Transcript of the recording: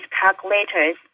calculators